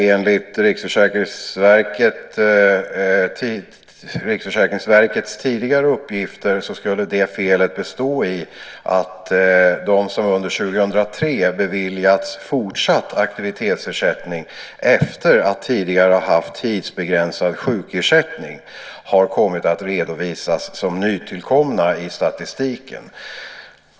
Enligt RFV:s tidigare uppgifter skulle det felet bestå i att de som under 2003 beviljats fortsatt aktivitetsersättning efter att tidigare ha haft tidsbegränsad sjukersättning har kommit att redovisas som nytillkomna i statistiken.